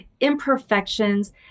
imperfections